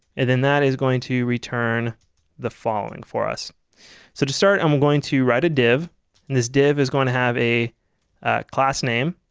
and then that is going to return the following for us so. to start and we're going to write a div this div is going to have a class name